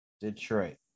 Detroit